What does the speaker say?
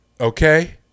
okay